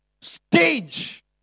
stage